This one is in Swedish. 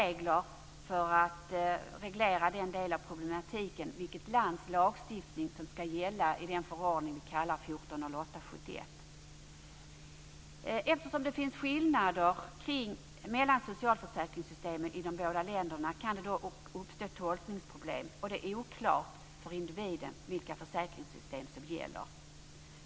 Regler om vilket lands lagstiftning som ska gälla för dem finns i EU:s förordning 1408/71. Eftersom det finns skillnader mellan socialförsäkringssystemen i de båda länderna kan det uppstå tolkningsproblem, och det är oklart för individen vilka försäkringssystem som gäller.